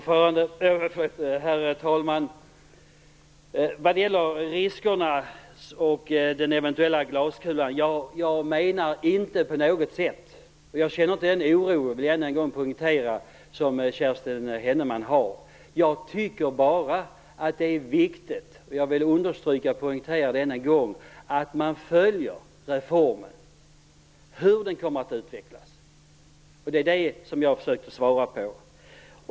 Herr talman! Jag vill än en gång poängtera att jag inte känner den oro som Kerstin Heinemann har när det gäller riskerna. Jag tycker bara att det är viktigt att man följer hur reformen utvecklas. Det är det som jag har försökt svara på.